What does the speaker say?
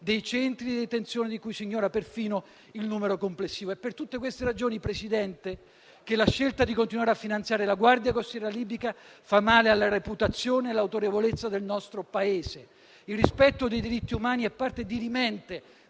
dei centri di detenzione di cui si ignora perfino il numero complessivo. È per tutte queste ragioni, Presidente, che la scelta di continuare a finanziare la Guardia costiera libica fa male alla reputazione e all'autorevolezza del nostro Paese. Il rispetto dei diritti umani è parte dirimente